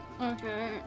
Okay